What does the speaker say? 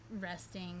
resting